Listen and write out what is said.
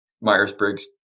Myers-Briggs